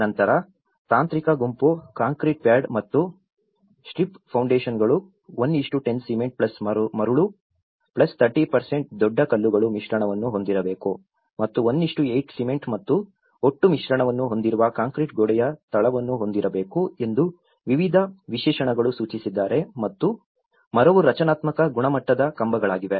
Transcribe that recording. ನಂತರ ತಾಂತ್ರಿಕ ಗುಂಪು ಕಾಂಕ್ರೀಟ್ ಪ್ಯಾಡ್ ಮತ್ತು ಸ್ಟ್ರಿಪ್ ಫೌಂಡೇಶನ್ಗಳು 110 ಸಿಮೆಂಟ್ ಮರುಳು 30 ದೊಡ್ಡ ಕಲ್ಲುಗಳ ಮಿಶ್ರಣವನ್ನು ಹೊಂದಿರಬೇಕು ಮತ್ತು 1 8 ಸಿಮೆಂಟ್ ಮತ್ತು ಒಟ್ಟು ಮಿಶ್ರಣವನ್ನು ಹೊಂದಿರುವ ಕಾಂಕ್ರೀಟ್ ಗೋಡೆಯ ತಳವನ್ನು ಹೊಂದಿರಬೇಕು ಎಂದು ವಿವಿಧ ವಿಶೇಷಣಗಳನ್ನು ಸೂಚಿಸಿದ್ದಾರೆ ಮುತ್ತು ಮರವು ರಚನಾತ್ಮಕ ಗುಣಮಟ್ಟದ ಕಂಬಗಳಾಗಿವೆ